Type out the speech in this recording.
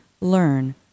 learn